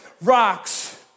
Rocks